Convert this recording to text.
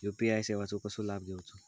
UPI सेवाचो कसो लाभ घेवचो?